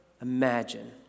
imagine